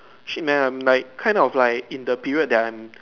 shit man I'm like kind of like in the period that I'm